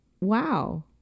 Wow